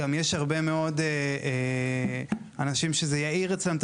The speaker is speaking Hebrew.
גם יש הרבה מאוד אנשים שזה יאיר אצלם את